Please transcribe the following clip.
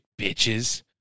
bitches